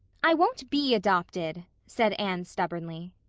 i won't be adopted, said anne stubbornly.